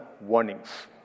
warnings